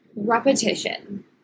Repetition